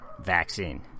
vaccine